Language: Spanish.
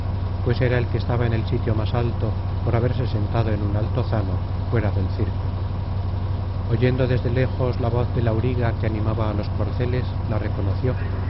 pues era el que estaba en el sitio más alto por haberse sentado en un altozano fuera del circo oyendo desde lejos la voz del auriga que animaba á los corceles la reconoció y